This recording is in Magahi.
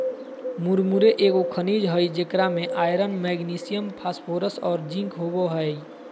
मुरमुरे एगो खनिज हइ जेकरा में आयरन, मैग्नीशियम, फास्फोरस और जिंक होबो हइ